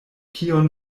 kion